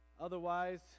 Otherwise